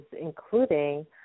including